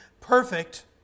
perfect